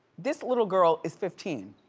this little girl is fifteen.